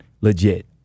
legit